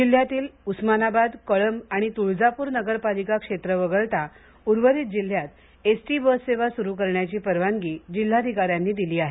जिल्ह्यातील उस्मानाबाद कळब आणि तुळजापूर नगरपालिका क्षेत्र वगळता उर्वरित जिल्ह्यात एसटी बस सेवा सुरू करण्याची परवानगी जिल्हाधिकाऱ्यांनी दिली आहे